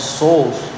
souls